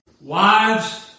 Wives